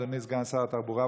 אדוני סגן שרת התחבורה,